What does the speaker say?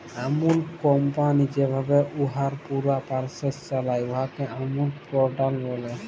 আমূল কমপালি যেভাবে উয়ার পুরা পরসেস চালায়, উয়াকে আমূল প্যাটার্ল ব্যলে